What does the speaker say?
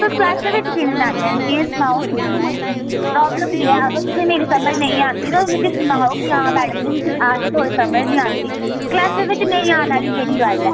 तु'स क्लासै बिच्च की निं आ'न्ने ओ मिक्की एह् सनाओ निं प्रॉब्लम केह् ऐ अगर तु'सेंई मेरी समझ निं औंदी तु'स मिक्की सनाओ कि हां मैडम जी मिक्की आ'रदी तुं'दी समझ निं औंदी क्लासै बिच्च नेईं औन आह्ली केह्ड़ी गल्ल ऐ